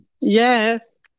Yes